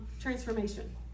transformation